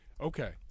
okay